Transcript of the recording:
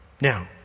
Now